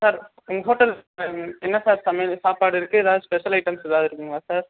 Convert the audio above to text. sir உங்கள் ஹோட்டலில் என்ன சார் சமையல் சாப்பாடு இருக்கு ஏதாவது ஸ்பெஷல் ஐட்டம்ஸ் ஏதாவது இருக்குங்களா சார்